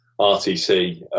RTC